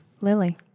Lily